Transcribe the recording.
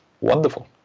wonderful